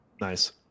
Nice